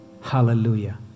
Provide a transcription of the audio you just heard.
hallelujah